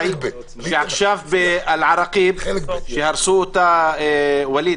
כאשר מראש הממשלה ועד חלק